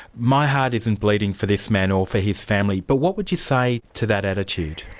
my heart isn't bleeding for this man or for his family. but what would you say to that attitude?